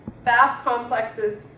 bath complexes,